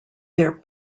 their